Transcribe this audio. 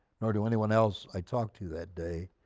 nor to anyone else i talked to that day,